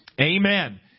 Amen